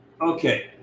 okay